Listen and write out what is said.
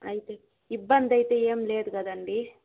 అయితే ఇబ్బందైతే ఏం లేదు కదండి